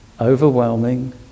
overwhelming